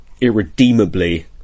irredeemably